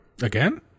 Again